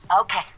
Okay